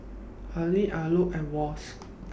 Habhal Alcott and Wall's